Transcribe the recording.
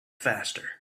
faster